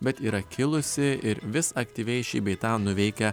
bet yra kilusi ir vis aktyviai šį bei tą nuveikia